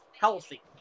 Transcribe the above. healthy